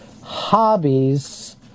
hobbies